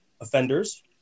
offenders